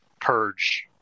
purge